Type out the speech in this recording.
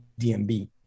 DMB